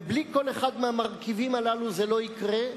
ובלי כל אחד מהמרכיבים הללו זה לא יקרה.